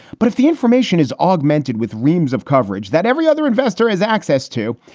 but if the information is augmented with reams of coverage that every other investor has access to,